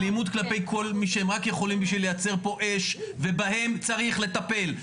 אלימות כלפי כל מי שהם רק יכולים בשביל לייצר פה אש ובהם צריך לטפל.